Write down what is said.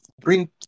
bring